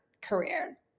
career